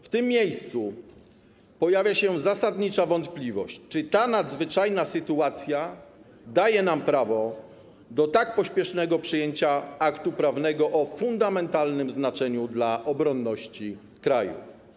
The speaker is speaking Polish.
W tym miejscu pojawia się zasadnicza wątpliwość, czy ta nadzwyczajna sytuacja daje nam prawo do tak pośpiesznego przyjęcia aktu prawnego o fundamentalnym znaczeniu dla obronności kraju.